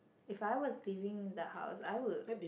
if I was leaving the house I would